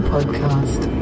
Podcast